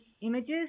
images